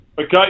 Okay